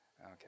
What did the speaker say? Okay